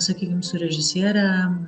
sakykim su režisiere